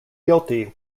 guilty